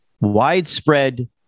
widespread